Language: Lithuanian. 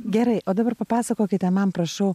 gerai o dabar papasakokite man prašau